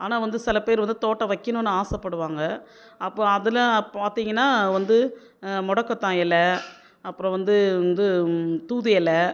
ஆனால் வந்து சில பேர் வந்து தோட்ட வைக்கணும்ன்னு ஆசைப்படுவாங்க அப்போ அதில் பார்த்தீங்கன்னா வந்து முடக்கத்தான் இல அப்புறம் வந்து வந்து தூது இல